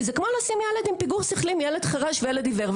כי זה כמו לשים ילד עם פיגור שכלי עם ילד חירש וילד עיוור,